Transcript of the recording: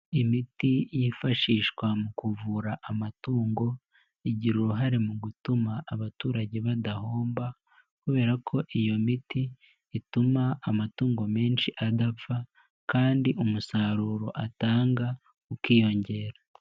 Imiti yifashishwa mu kuvura amatungo, igira uruhare mu gutuma abaturage badahomba kubera ko iyo miti, ituma amatungo menshi adapfa kandi umusaruro atanga ukiyongera.